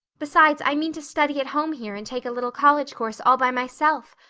besides, i mean to study at home here and take a little college course all by myself.